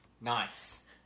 Nice